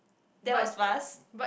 that was fast